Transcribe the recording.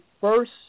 first